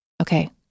Okay